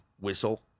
whistle